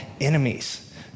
enemies